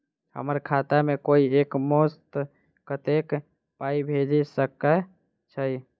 हम्मर खाता मे कोइ एक मुस्त कत्तेक पाई भेजि सकय छई?